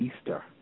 Easter